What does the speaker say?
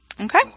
Okay